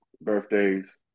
birthdays